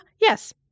Yes